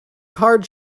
card